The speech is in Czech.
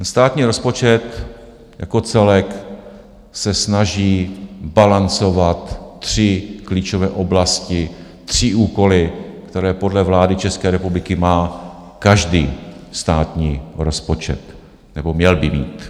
Státní rozpočet jako celek se snaží balancovat tři klíčové oblasti, tři úkoly, které podle vlády České republiky má každý státní rozpočet, nebo měl by mít.